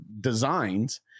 designs